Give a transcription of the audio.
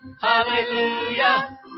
Hallelujah